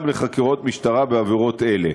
גם לחקירות משטרה בעבירות אלה.